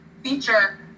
feature